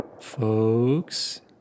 folks